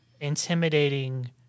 intimidating